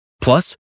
Plus